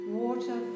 water